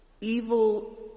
Evil